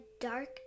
dark